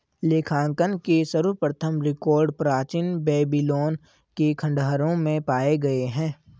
लेखांकन के सर्वप्रथम रिकॉर्ड प्राचीन बेबीलोन के खंडहरों में पाए गए हैं